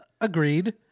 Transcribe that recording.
Agreed